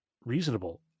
reasonable